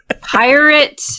pirate